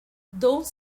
though